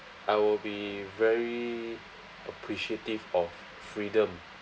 I will be very appreciative of freedom